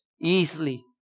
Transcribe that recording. easily